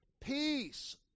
Peace